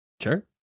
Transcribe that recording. Sure